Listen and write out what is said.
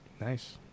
Nice